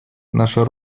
наша